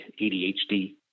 ADHD